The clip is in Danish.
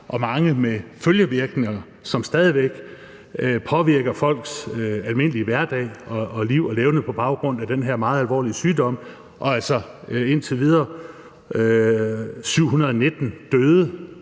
har haft følgevirkninger, som stadig påvirker deres almindelige hverdag og liv og levned som følge af den her meget alvorlige sygdom. Og der er altså indtil videre 719 døde